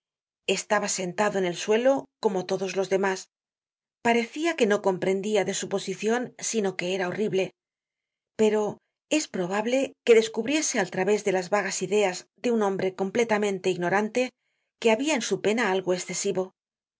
estaba sentado en el suelo como todos los demás parecia que no comprendia de su posicion sino que era horrible pero es probable que descubriese al través de las vagas ideas de un hombre completamente ignorante que habia en su pena algo escesivo